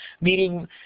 Meaning